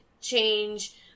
change